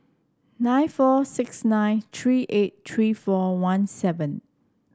nine four six nine three eight three four one seven